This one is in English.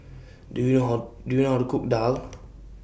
Do YOU know How Do YOU know How to Cook Daal